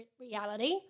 reality